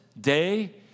day